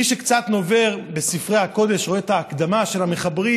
מי שקצת נובר בספרי הקודש רואה את ההקדמה של המחברים,